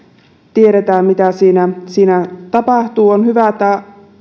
tiedetään mitä siinä siinä tapahtuu on hyvä että